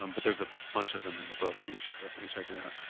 um but there's a bunch of them in the book, and you should definitely check it out.